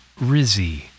Rizzy